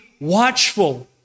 watchful